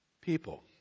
people